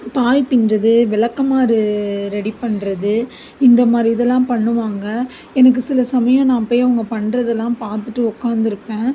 பாய் பின்னுறது விளக்கமாறு ரெடி பண்ணுறது இந்த மாதிரி இதெல்லாம் பண்ணுவாங்கள் எனக்கு சில சமயம் நான் போய் அவங்க பண்ணுறதெல்லாம் பார்த்துட்டு உட்காந்துருப்பேன்